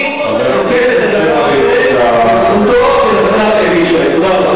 משפחות ברוכות ילדים.